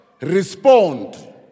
respond